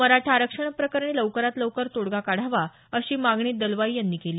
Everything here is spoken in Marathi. मराठा आरक्षण प्रकरणी लवकरात लवकर तोडगा काढावा अशी मागणी दलवाई यांनी केली